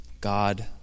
God